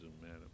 madam